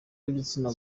w’igitsina